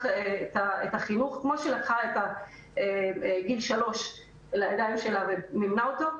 את החינוך על עצמה וכמו שהיא לקחה את גיל שלוש ומימנה אותו,